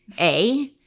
a.